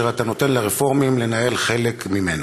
כאשר אתה נותן לרפורמים לנהל חלק ממנה?